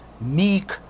meek